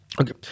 Okay